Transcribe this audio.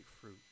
fruit